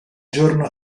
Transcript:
giorno